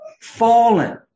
Fallen